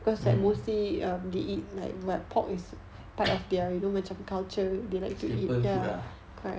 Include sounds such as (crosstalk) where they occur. mm (breath) staple food lah